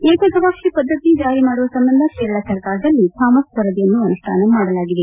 ಏಕಗವಾಕ್ಷಿ ಪದ್ಧತಿ ಜಾರಿ ಮಾಡುವ ಸಂಬಂಧ ಕೇರಳ ಸರ್ಕಾರದಲ್ಲಿ ಥಾಮಸ್ ವರದಿಯನ್ನು ಅನುಷ್ಠಾನ ಮಾಡಲಾಗಿದೆ